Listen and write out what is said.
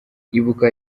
ibuka